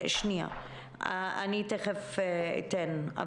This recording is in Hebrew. אני תכף אתן.